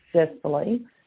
successfully